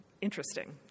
interesting